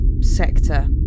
Sector